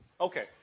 Okay